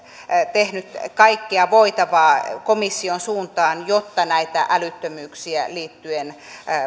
tehnyt kaikkea voitavaa komission suuntaan jotta näitä älyttömyyksiä liittyen